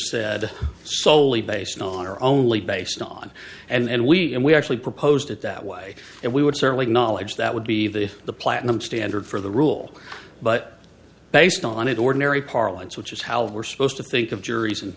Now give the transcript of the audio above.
said slowly based on or only based on and we and we actually proposed it that way and we would certainly knowledge that would be the the platinum standard for the rule but based on it ordinary parlin which is how we're supposed to think of juries and